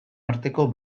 arteko